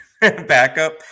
backup